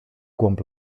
głąb